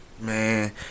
Man